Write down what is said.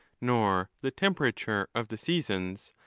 nor the temperature of the seasons,